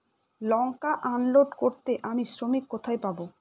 লঙ্কা unload করতে আমি শ্রমিক কোথায় পাবো?